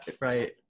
Right